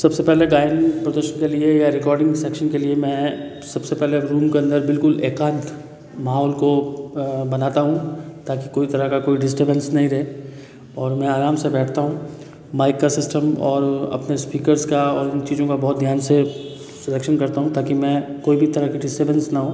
सबसे पहले प्रदर्शन के लिए या रिकॉर्डिंग सेशन के लिए मैं सबसे पहले रूम के अंदर बिल्कुल एकांत माहौल को बनाता हूँ ताकि कोई तरह का कोई डिस्टर्बेंस नहीं रहे और मैं आराम से बैठता हूँ माईक का सिस्टम और अपने स्पीकर्स का और इन चीज़ों का बहुत ध्यान से सलेक्शन करता हूँ ताकि मैं कोई भी तरह का डिस्टर्बेंस न हो